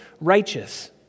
righteous